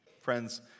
Friends